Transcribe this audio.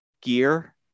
gear